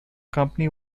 company